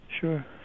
Sure